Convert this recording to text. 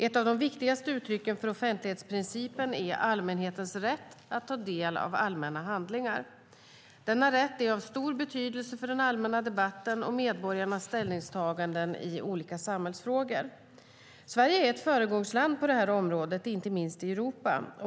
Ett av de viktigaste uttrycken för offentlighetsprincipen är allmänhetens rätt att ta del av allmänna handlingar. Denna rätt är av stor betydelse för den allmänna debatten och medborgarnas ställningstaganden i olika samhällsfrågor. Sverige är ett föregångsland på detta område, inte minst i Europa.